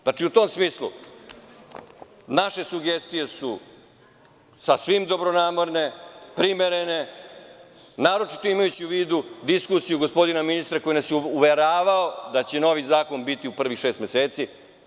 Znači, u tom smislu naše sugestije su sasvim dobronamerne, primerene, naročito imajući u vidu diskusiju gospodina ministra koji nas je uveravao da će novi zakon biti u prvih šest meseci.